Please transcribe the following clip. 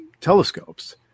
telescopes